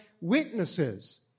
witnesses